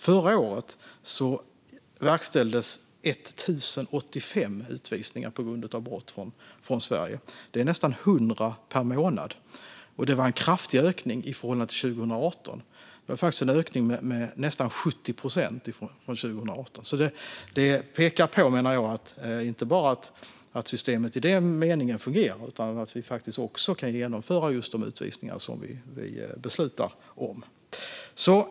Förra året verkställdes 1 085 utvisningar från Sverige på grund av brott. Det är nästan 100 per månad. Det var en kraftig ökning i förhållande till 2018, faktiskt en ökning med nästan 70 procent. Detta pekar, menar jag, inte bara på att systemet i den meningen fungerar utan också på att vi kan genomföra de utvisningar som vi beslutar om.